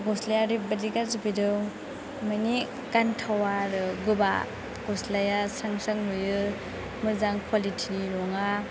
गस्लाया ओरैबायदि गाज्रि फैदों माने गानथावा आरो गोबा गस्लाया स्रां स्रां नुयो मोजां कुवालिटि नि नङा